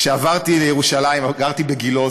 כשעברתי לירושלים גרתי בגילה,